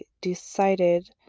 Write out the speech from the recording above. decided